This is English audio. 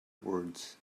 words